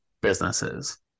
businesses